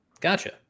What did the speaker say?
Gotcha